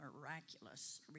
miraculous